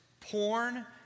Porn